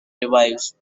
revives